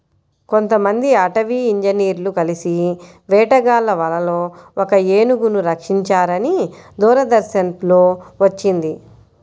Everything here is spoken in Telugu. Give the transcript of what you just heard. కొంతమంది అటవీ ఇంజినీర్లు కలిసి వేటగాళ్ళ వలలో ఒక ఏనుగును రక్షించారని దూరదర్శన్ లో వచ్చింది